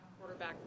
quarterback